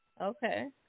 Okay